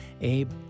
Abe